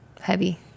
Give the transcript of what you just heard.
heavy